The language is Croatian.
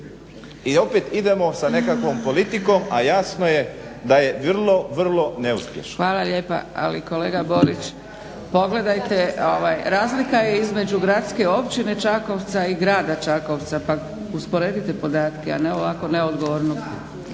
I opet idemo sa nekakvom politikom a jasno je da je vrlo, vrlo neuspješna. **Zgrebec, Dragica (SDP)** Hvala lijepa. Ali kolega Borić, pogledajte razlika je između gradske općine Čakovca i grada Čakovca pa usporedite podatke, a ne ovako neodgovorno.